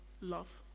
love